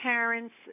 parents